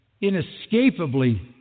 inescapably